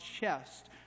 chest